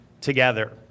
together